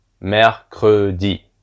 Mercredi